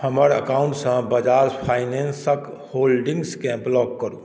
हमर अकाउंटसँ बजाज फाइनेंसक होल्डिंग्सकेँ ब्लॉक करू